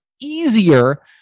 easier